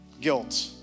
guilt